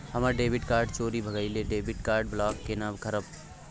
हमर debit card चोरी भगेलै डेबिट कार्ड ब्लॉक केना करब?